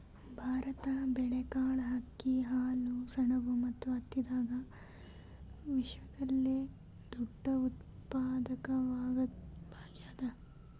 ಭಾರತ ಬೇಳೆಕಾಳ್, ಅಕ್ಕಿ, ಹಾಲು, ಸೆಣಬು ಮತ್ತು ಹತ್ತಿದಾಗ ವಿಶ್ವದಲ್ಲೆ ದೊಡ್ಡ ಉತ್ಪಾದಕವಾಗ್ಯಾದ